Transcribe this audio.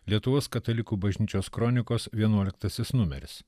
lietuvos katalikų bažnyčios kronikos vienuoliktasis numeris